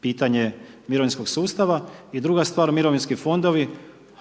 pitanje mirovinskog sustava. I druga stvar, mirovinski fondovi,